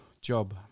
job